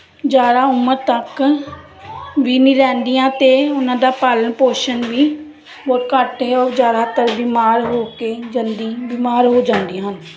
ਜ਼ਿਆਦਾ ਉਮਰ ਤੱਕ ਵੀ ਨਹੀਂ ਰਹਿੰਦੀਆਂ ਅਤੇ ਉਹਨਾਂ ਦਾ ਪਾਲਣ ਪੋਸ਼ਣ ਵੀ ਬਹੁਤ ਘੱਟ ਏ ਉਹ ਜ਼ਿਆਦਾਤਰ ਬਿਮਾਰ ਹੋ ਕੇ ਜਲਦੀ ਬਿਮਾਰ ਹੋ ਜਾਂਦੀਆਂ ਹਨ